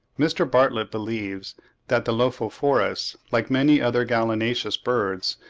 mr. bartlett believes that the lophophorus, like many other gallinaceous birds,